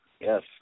yes